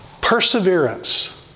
perseverance